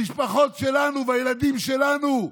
המשפחות שלנו והילדים שלנו,